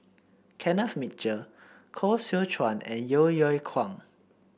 Kenneth Mitchell Koh Seow Chuan and Yeo Yeow Kwang